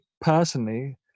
personally